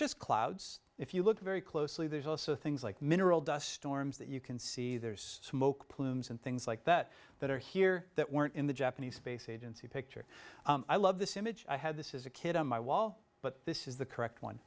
just clouds if you look very closely there's also things like mineral dust storms that you can see there's smoke plumes and things like that that are here that weren't in the japanese space agency picture i love this image i had this is a kid on my wall but this is the correct one